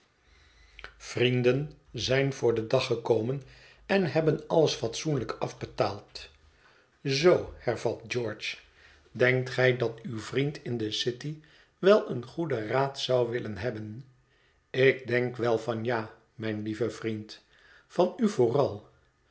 vrienden zijn voor den dag gekomen en hebben alles fatsoenlijk afbetaald zoo hervat george denkt gij dat uw vriend in de city wel een goeden raad zou willen hebben ik denk wel van ja mijn lieve vriend van u vooral